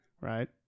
Right